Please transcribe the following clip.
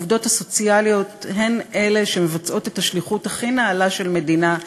העובדות הסוציאליות הן אלה שמבצעות את השליחות הכי נעלה של מדינה,